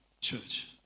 Church